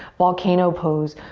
volcano pose.